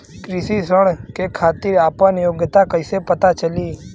कृषि ऋण के खातिर आपन योग्यता कईसे पता लगी?